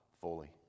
fully